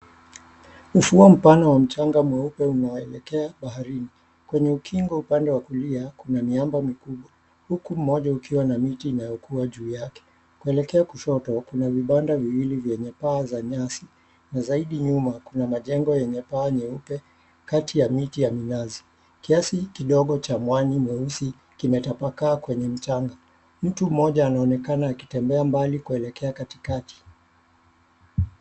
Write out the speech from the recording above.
Ufuo mpana wa mchanga mweupe unaoelekea baharini. Kwenye ukingo upande wa kulia kuna miamba mikubwa, huku mmoja ikiwa na miti inayokua juu yake. Kuelekea kushoto, kuna vibanda viwili vyenye paa za nyasi na zaidi nyuma kuna majengo yenye paa nyeupe kati ya miti ya minazi. Kiasi kidogo cha mwani mweusi kimetapakaa kwenye mchanga. Mtu mmoja anaonekana akitembea mbali kuelekea katikati.